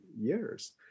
years